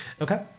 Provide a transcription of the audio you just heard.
Okay